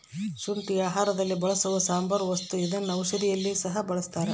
ಶುಂಠಿ ಆಹಾರದಲ್ಲಿ ಬಳಸುವ ಸಾಂಬಾರ ವಸ್ತು ಇದನ್ನ ಔಷಧಿಯಲ್ಲಿ ಸಹ ಬಳಸ್ತಾರ